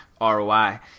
ROI